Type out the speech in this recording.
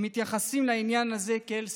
הם מתייחסים לעניין הזה כאל סאטירה.